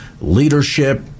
leadership